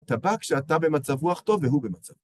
אתה בא כשאתה במצב רוח טוב והוא במצב.